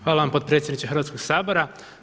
Hvala vam potpredsjedniče Hrvatskog sabora.